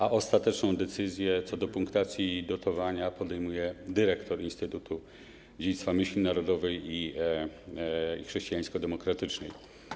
A ostateczną decyzję co do punktacji i dotowania dokonuje dyrektor Instytutu Dziedzictwa Myśli Narodowej i Chrześcijańsko-Demokratycznej.